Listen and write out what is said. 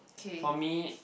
for me